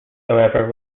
however